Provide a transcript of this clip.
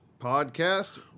Podcast